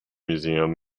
museum